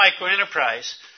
microenterprise